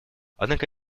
однако